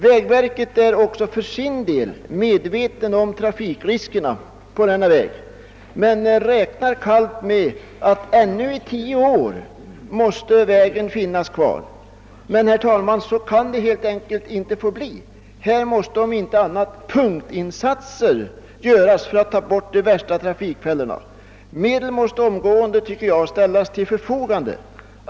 Vägverket är också för sin del medvetet om trafikriskerna på vägen men räknar kallt med att den måste vara i samma skick i ytterligare tio år. Men, herr talman, detta kan inte tillåtas. Här måste, om inte annat, punktinsatser göras för att få bort de värsta trafikfällorna. Enligt min mening måste medel omedelbart ställas till förfogande.